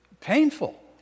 painful